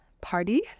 party